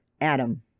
Adam